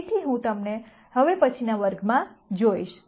તેથી હું તમને હવે પછીના વર્ગમાં જોઈશ